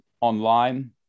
online